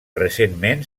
recentment